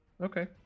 Okay